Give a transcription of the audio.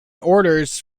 orders